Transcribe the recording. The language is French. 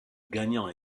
gagnant